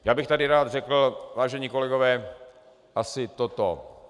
Já bych tady rád řekl, vážení kolegové, asi toto.